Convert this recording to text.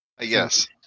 Yes